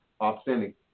authentic